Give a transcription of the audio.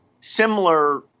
similar